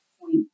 point